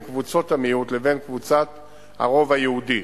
קבוצות המיעוט לבין קבוצת הרוב היהודי.